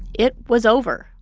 it was over